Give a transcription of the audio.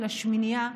של השמינייה,